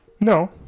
No